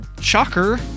shocker